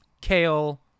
Kale